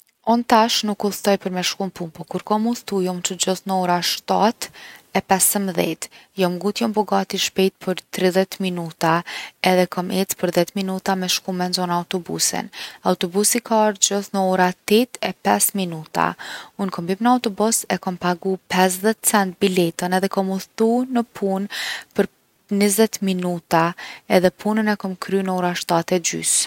Unë tash nuk udhëtoj për me shku n’punë, po kur kom udhtu jom qu gjithë n’ora 7 e 15. Jom gut jom bo gati shpejt për 30 minuta edhe kom ec për 10 minuta me nxon autobusin. Autobusi ka ardhë gjithë në ora 8 e 5 minuta. Unë kom hyp në autobus, e kom pagu 50 cent biletën edhe kom udhtu në punë për 20 minuta edhe punën e kom kry në ora 7 e gjys’.